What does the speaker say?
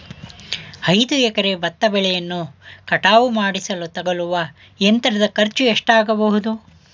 ಐದು ಎಕರೆ ಭತ್ತ ಬೆಳೆಯನ್ನು ಕಟಾವು ಮಾಡಿಸಲು ತಗಲುವ ಯಂತ್ರದ ಖರ್ಚು ಎಷ್ಟಾಗಬಹುದು?